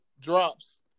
drops